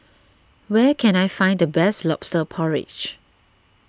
where can I find the best Lobster Porridge